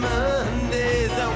Mondays